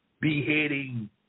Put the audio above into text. beheading